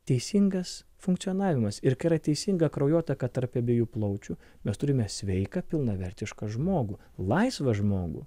teisingas funkcionavimas ir kai yra teisinga kraujotaka tarp abiejų plaučių mes turime sveiką pilnavertišką žmogų laisvą žmogų